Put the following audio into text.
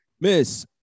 Miss